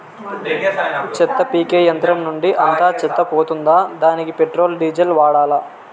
చెత్త పీకే యంత్రం నుండి అంతా చెత్త పోతుందా? దానికీ పెట్రోల్, డీజిల్ వాడాలా?